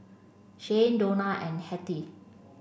Shayne Dona and Hettie